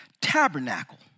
tabernacle